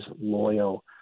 loyal